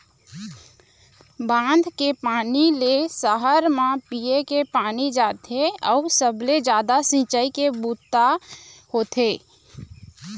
बांध के पानी ले सहर म पीए के पानी जाथे अउ सबले जादा सिंचई के बूता होथे